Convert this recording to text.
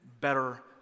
better